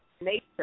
nature